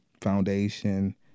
foundation